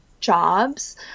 jobs